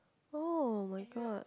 oh-my-god